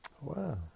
Wow